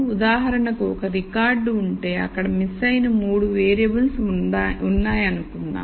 ఉదాహరణకు ఒక రికార్డ్ ఉంటే అక్కడ మిస్సయిన 3 వేరియబుల్స్ ఉన్నాయనుకుందాం